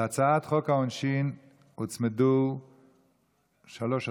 להצעת חוק העונשין הוצמדו הצעות